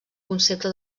concepte